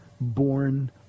born